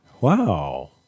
Wow